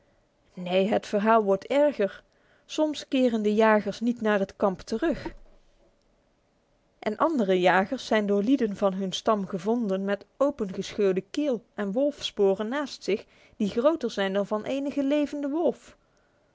neen het verhaal wordt erger soms keren de jagers niet naar hun kamp terug en andere jagers zijn door lieden van hun stam gevonden met opengescheurde keel en wolfssporen naast zich die groter zijn dan van enigen levenden wolf